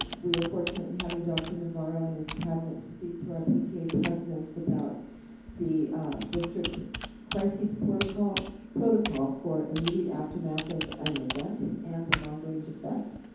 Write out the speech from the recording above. we were fortunate in having dr. navarro and his cabinets speak to our pta presidents about the district's crises protocol protocol for immediate aftermath of any event and the long-range effect.